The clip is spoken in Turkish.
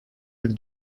bir